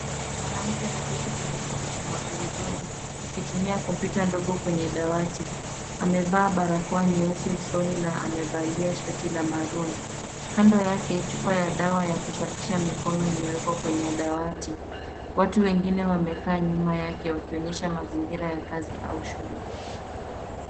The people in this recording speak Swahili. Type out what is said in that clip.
Mwanamke ameketi kwenye kiti cha magurudumu akitumia kompyuta ndogo kwenye dawati. Amevaa barakoa nyeusi usoni na amevalia shati la maroon . Kando yake chupa ya dawa ya kusafisha mikono imewekwa kwenye dawati. Watu wengine wamekaa nyuma yake wakionyesha mazingira ya kazi au shule.